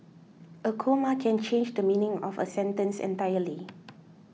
a comma can change the meaning of a sentence entirely